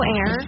Air